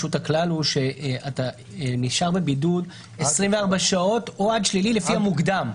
הכלל הוא שאתה נשאר בבידוד 24 שעות או עד שלילי לפי המוקדם.